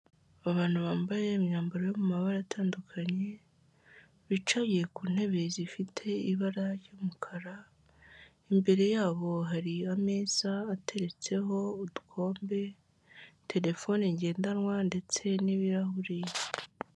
Abantu bambaye imyambaro yo mu mabara atandukanye, bicaye ku ntebe zifite ibara ry'umukara, imbere yabo hari ameza ateretseho udukombe, terefone ngendanwa, ndetse n'ibirahure.